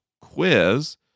quiz